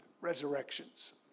resurrections